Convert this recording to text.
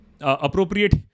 appropriate